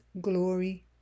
glory